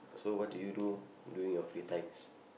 so what do you do during your free times